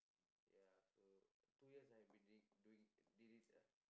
ya so two years I have been doing doing did it ya